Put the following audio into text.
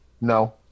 No